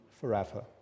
forever